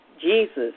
Jesus